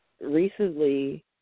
recently